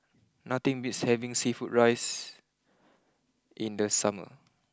nothing beats having Seafood Rice in the summer